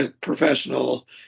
professional